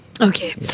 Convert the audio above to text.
Okay